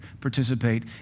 participate